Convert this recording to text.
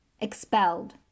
expelled